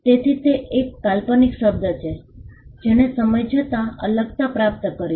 તેથી તે એક કાલ્પનિક શબ્દ છે જેણે સમય જતાં અલગતા પ્રાપ્ત કરી છે